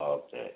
okay